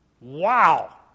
Wow